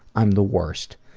i'm the worst.